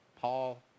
Paul